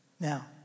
Now